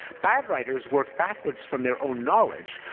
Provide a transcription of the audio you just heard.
bad writers work backwards from their own knowledge,